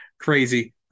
crazy